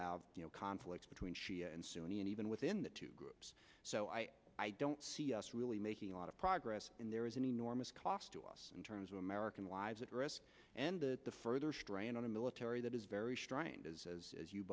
have conflicts between shia and sunni and even within the two groups so i don't see us really making a lot of progress in there is an enormous cost to us in terms of american lives at risk and the further strain on a military that is very strained as